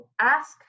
ask